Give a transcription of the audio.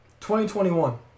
2021